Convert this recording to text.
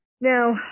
Now